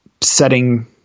setting